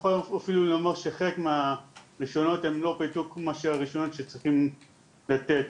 חלק מהרישיונות הם לא בדיוק מה שהרישיונות שצריכים לתת.